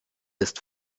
ist